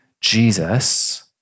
Jesus